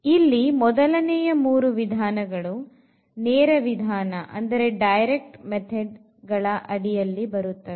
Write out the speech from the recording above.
ಇಲ್ಲಿ ಮೊದಲನೆಯ ಮೂರು ವಿಧಾನಗಳು ನೇರ ವಿಧಾನಗಳ ಅಡಿಯಲ್ಲಿ ಬರುತ್ತದೆ